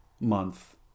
month